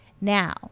Now